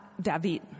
David